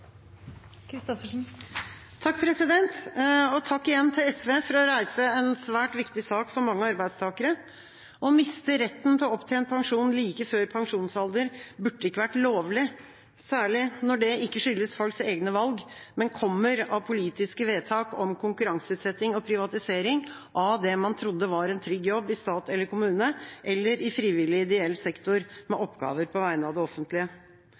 Takk til SV for å reise en svært viktig sak for mange arbeidstakere. Å miste retten til opptjent pensjon like før pensjonsalder burde ikke vært lovlig, særlig ikke når det ikke skyldes folks egne valg, men kommer av politiske vedtak om konkurranseutsetting og privatisering av det man trodde var en trygg jobb i stat eller kommune, eller i frivillig ideell sektor med oppgaver på vegne av det offentlige.